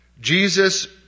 Jesus